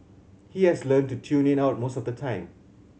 he has learnt to tune it out most of the time